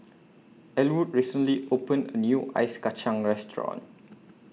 Ellwood recently opened A New Ice Kacang Restaurant